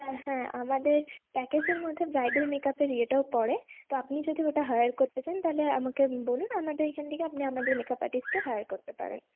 হ্যাঁ হ্যাঁ আমাদের প্যাকেজের মধ্যে ব্রাইডাল মেকাপের ইয়েটাও পড়ে তো আপনি যদি ওটা হায়ার করতে চান তাহলে আমাকে বলুন আমাদের এখান থেকে আপনাদের মেকাপ আর্টিস্টকে হায়ার করতে পারেন